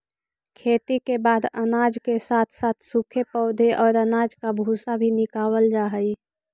खेती के बाद अनाज के साथ साथ सूखे पौधे और अनाज का भूसा भी निकावल जा हई